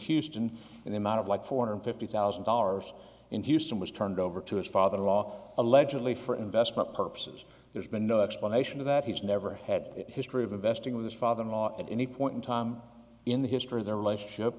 houston and the amount of like four hundred fifty thousand dollars in houston was turned over to his father in law allegedly for investment purposes there's been no explanation of that he's never had a history of investing with his father in law at any point in time in the history of their relationship